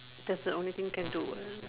that's the only thing you can do [what]